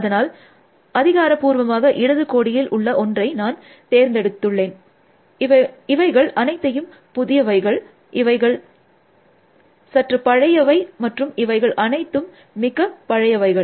அதனால் அதிகாரப்பூர்வமாக இடது கோடியில் உள்ள ஒன்றை நான் தேர்ந்தெடுத்துள்ளோம் இவைகள் அனைத்தையும் புதியவைகள் இவைகள் சற்று பழையவை மற்றும் இவைகள் அனைத்தயும் மிக பழையவைகள்